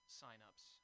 signups